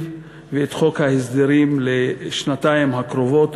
ואת חוק ההסדרים לשנתיים הקרובות,